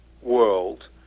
world